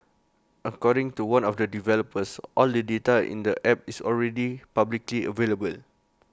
according to one of the developers all the data in the app is already publicly available